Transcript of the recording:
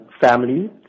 family